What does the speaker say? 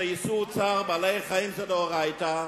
שזה איסור צער בעלי-חיים מדאורייתא,